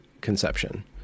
conception